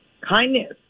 kindness